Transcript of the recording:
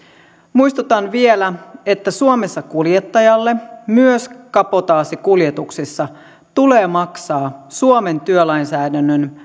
muistutan vielä että suomessa kuljettajalle myös kabotaasikuljetuksissa tulee maksaa suomen työlainsäädännön